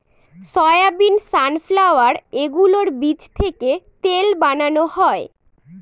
soybean, sunflower এগুলোর বীজ থেকে তেল বানানো হয়